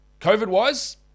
COVID-wise